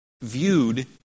viewed